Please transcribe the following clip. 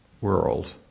world